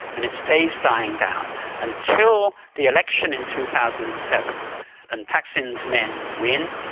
and it stays dying down until the election in two thousand and seven and thaksin's men win,